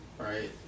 right